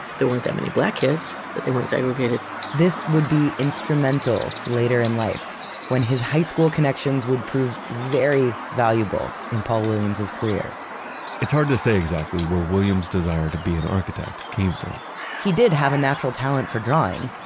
there weren't that many black kids, but they weren't segregated this would be instrumental later in life when his high school connections would prove very valuable in paul williams' career it's hard to say exactly where williams' desire to be an architect came from he did have a natural talent for drawing.